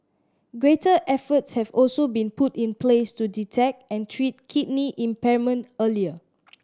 greater efforts have also been put in place to detect and treat kidney impairment earlier